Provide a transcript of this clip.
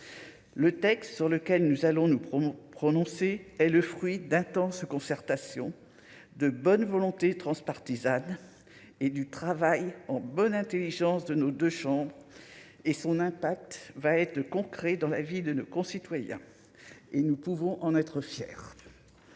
le texte sur lequel nous allons nous promener prononcé est le fruit d'intenses concertations de bonne volonté transpartisane et du travail en bonne Intelligence de nos de et son impact va être concret dans la vie de nos concitoyens et nous pouvons en être fiers.